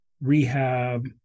rehab